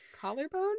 collarbone